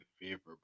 favorable